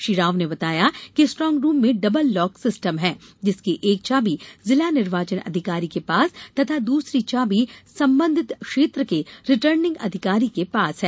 श्री राव ने बताया कि स्ट्रॉग रूम में डबल लॉक सिस्टम है जिसकी एक चाबी जिला निर्वाचन अधिकारी के पास तथा दूसरी चाबी संबंधित क्षेत्र के रिटर्निंग अधिकारी के पास है